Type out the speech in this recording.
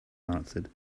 answered